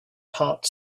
part